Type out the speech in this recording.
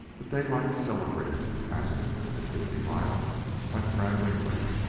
but daylight celebrated the passing of the fifty mile by traveling late.